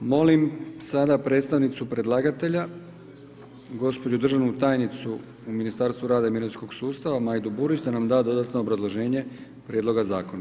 Molim sada predstavnicu predlagatelja gospođu državnu tajnicu u Ministarstvu rada i mirovinskog sustava Majdu Burić da nam da dodatno obrazloženje prijedloga zakona.